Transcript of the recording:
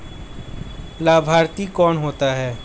लाभार्थी कौन होता है?